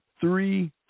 three